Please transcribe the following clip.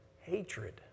hatred